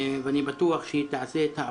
הבאים: רווחה